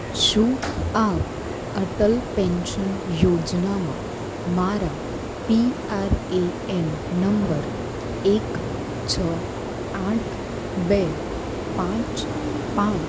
શું આપ અટલ પેન્શન યોજનામાં મારા P R A N number એક છ આઠ બે પાંચ પાંચ